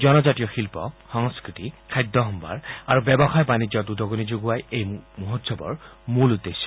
জনজাতীয় শিল্প সংস্থুতি খাদ্য সম্ভাৰ আৰু ব্যৱসায় বাণিজ্যত উদগণি যোগোৱাই এই মহোৎসৱৰ মূল উদ্দেশ্য